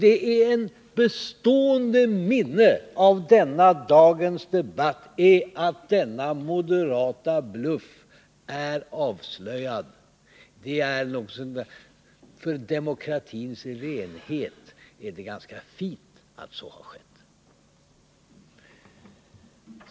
Ett bestående minne av dagens debatt är att denna moderata bluff är avslöjad. För demokratins renhet är det ganska fint att så har skett.